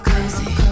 Cozy